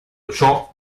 ciò